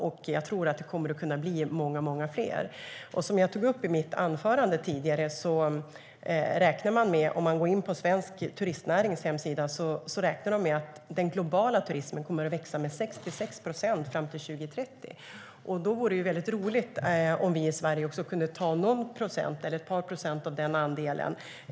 Och jag tror att det kommer att kunna bli många fler. Som jag tog upp i mitt anförande tidigare kan man på turistnäringens hemsida se att den globala turismen beräknas växa med 66 procent fram till 2030. Det vore roligt om vi i Sverige kan ta någon eller ett par procent av den andelen.